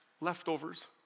leftovers